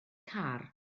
car